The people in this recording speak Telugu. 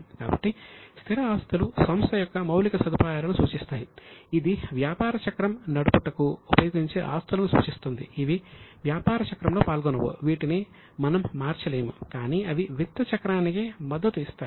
కాబట్టి స్థిర ఆస్తులు సంస్థ యొక్క మౌలిక సదుపాయాలను సూచిస్తాయి ఇది వ్యాపార చక్రం నడుపుటకు ఉపయోగించే ఆస్తులను సూచిస్తుంది అవి వ్యాపార చక్రంలో పాల్గొనవు వీటిని మనం మార్చలేము కానీ అవి విత్త చక్రానికి మద్దతు ఇస్తాయి